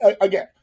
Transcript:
again